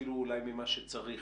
אפילו אולי ממה שצריך,